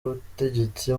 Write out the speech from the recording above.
y’ubutegetsi